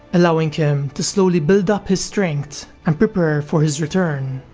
allowing him to slowly build up his strength and prepare for his return.